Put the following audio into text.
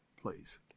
please